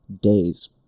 days